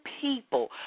people